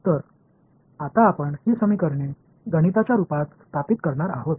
तर आता आपण ही समीकरणे गणिताच्या रूपात स्थापित करणार आहोत